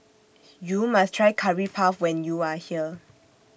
YOU must Try Curry Puff when YOU Are here